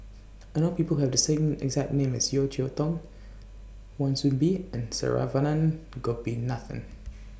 I know People Who Have The exact name as Yeo Cheow Tong Wan Soon Bee and Saravanan Gopinathan